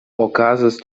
okazas